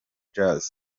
jazz